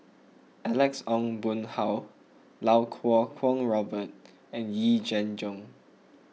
Alex Ong Boon Hau Iau Kuo Kwong Robert and Yee Jenn Jong